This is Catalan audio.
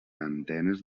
antenes